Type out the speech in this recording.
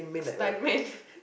stuntman